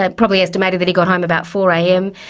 ah probably estimated that he got home about four am,